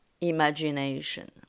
imagination